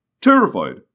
terrified